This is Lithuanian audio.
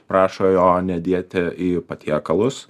prašo jo nedėti į patiekalus